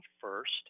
first